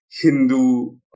Hindu